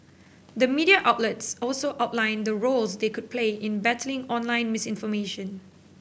the media outlets also outlined the roles they could play in battling online misinformation